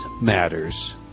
matters